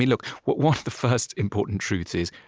look, one of the first important truths is,